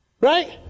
Right